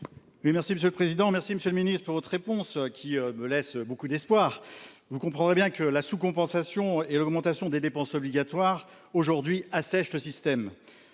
Merci monsieur le président. Merci Monsieur le Ministre pour votre réponse qui me laisse beaucoup d'espoir. Vous comprendrez bien que la sous-compensation et l'augmentation des dépenses obligatoires aujourd'hui assèche le système.